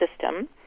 system